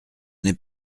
n’est